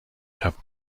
have